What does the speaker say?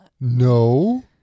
no